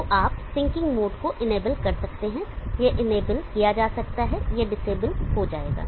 तो आप syncing mode को इनेबल कर सकते हैं यह इनेबल किया जा सकता है यह डिसएबल हो जाएगा